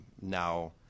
now